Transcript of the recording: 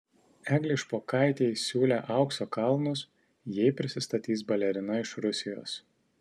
eglei špokaitei siūlė aukso kalnus jei prisistatys balerina iš rusijos